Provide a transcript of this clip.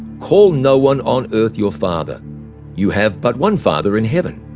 call no one on earth your father you have but one father in heaven.